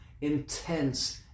intense